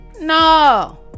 No